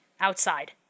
outside